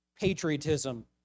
patriotism